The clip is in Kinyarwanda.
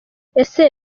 ese